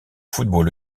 football